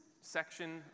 section